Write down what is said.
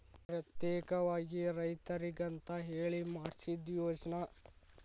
ಪ್ರತ್ಯೇಕವಾಗಿ ರೈತರಿಗಂತ ಹೇಳಿ ಮಾಡ್ಸಿದ ಯೋಜ್ನಾ